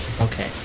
Okay